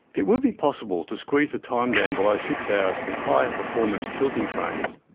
it would be possible to squeeze the time down below six hours with higher performance tilting trains,